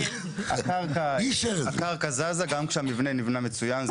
הקרקע יכולה לזוז גם מתחת למבנה מצוין,